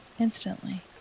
instantly